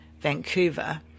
Vancouver